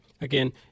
Again